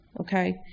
okay